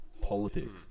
politics